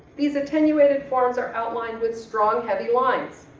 these attenuated forms are outlined with strong heavy lines.